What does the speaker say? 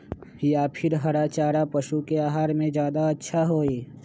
या फिर हरा चारा पशु के आहार में ज्यादा अच्छा होई?